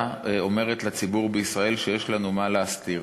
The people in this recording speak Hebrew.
אומרת לציבור בישראל שיש לנו מה להסתיר.